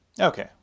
Okay